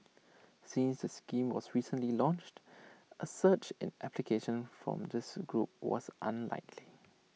since the scheme was recently launched A surge in applications from this group was unlikely